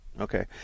Okay